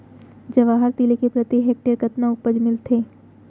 जवाहर तिलि के प्रति हेक्टेयर कतना उपज मिलथे?